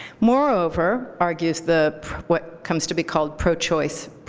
moreover, argues the what comes to be called pro-choice,